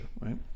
right